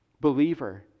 Believer